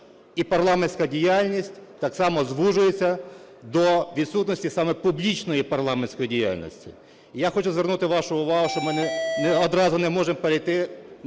і парламентська діяльність так само звужується до відсутності саме публічної парламентської діяльності. Я хочу звернути вашу увагу, що ми одразу не можемо перейти